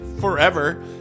forever